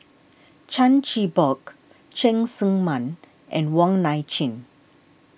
Chan Chin Bock Cheng Tsang Man and Wong Nai Chin